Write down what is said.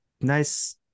nice